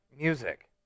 music